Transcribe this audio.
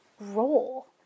role